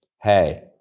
hey